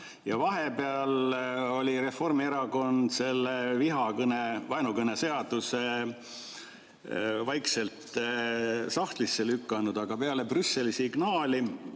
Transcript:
Vahepeal oli Reformierakond selle vihakõne, vaenukõne seaduse vaikselt sahtlisse lükanud, aga peale Brüsseli signaali,